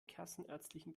kassenärztlichen